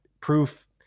proof